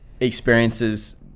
experiences